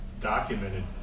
documented